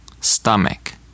stomach